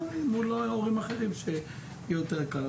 מול הורים אחרים שיהיה להם יותר קל.